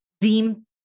deem